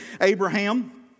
Abraham